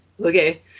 okay